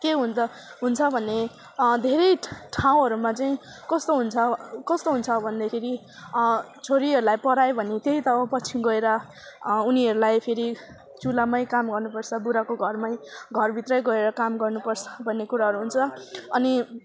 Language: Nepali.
के हुन्छ हुन्छ भने धेरै ठाउँहरूमा चाहिँ कस्तो हुन्छ कस्तो हुन्छ भन्दाखेरि छोरीहरूलाई पढायो भने त्यही त हो पछि गएर उनीहरूलाई फेरि चुल्हामै काम गर्नुपर्छ बुढाको घरमै घरभित्रै गएर काम गर्नुपर्छ भन्ने कुराहरू हुन्छ अनि